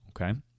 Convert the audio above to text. Okay